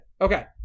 Okay